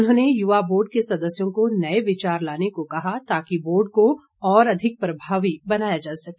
उन्होंने युवा बोर्ड के सदस्यों को नए विचार लाने को कहा ताकि बोर्ड को और अधिक प्रभावी बनाया जा सके